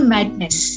Madness